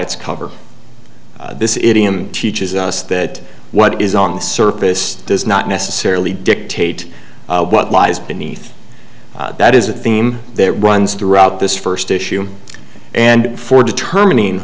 its cover this idiom teaches us that what is on the surface does not necessarily dictate what lies beneath that is a theme that runs throughout this first issue and for determining